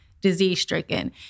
disease-stricken